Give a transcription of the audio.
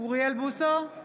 אוריאל בוסו,